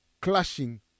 clashing